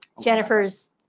Jennifer's